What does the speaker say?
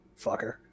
Fucker